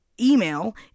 email